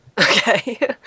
Okay